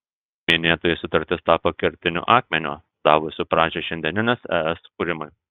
minėtoji sutartis tapo kertiniu akmeniu davusiu pradžią šiandienės es kūrimui